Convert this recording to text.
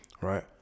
right